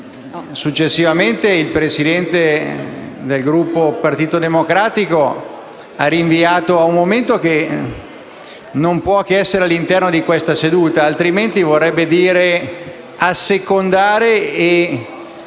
Successivamente, il Presidente del Gruppo Par- tito Democratico ha rinviato a un momento che non può che essere all’interno di questa seduta, altrimenti vorrebbe dire assecondare e